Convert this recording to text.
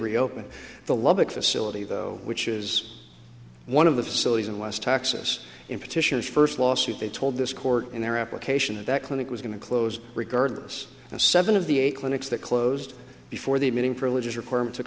reopen the lubbock facility though which is one of the facilities in west texas in petitions first lawsuit they told this court in their application and that clinic was going to close regardless of seven of the eight clinics that closed before the admitting privileges requirement